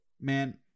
Man